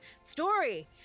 story